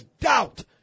doubt